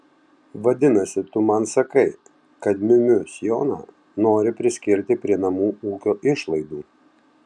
vadinasi tu man sakai kad miu miu sijoną nori priskirti prie namų ūkio išlaidų